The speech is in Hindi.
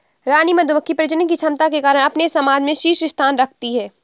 रानी मधुमक्खी प्रजनन की क्षमता के कारण अपने समाज में शीर्ष स्थान रखती है